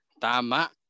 Tama